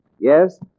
Yes